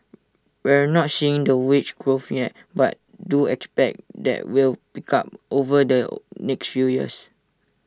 we're not seeing the wage growth yet but do expect that will pick up over the next few years